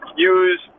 Use